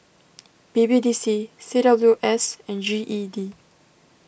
B B D C C W S and G E D